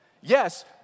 yes